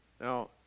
now